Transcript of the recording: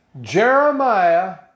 Jeremiah